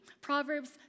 Proverbs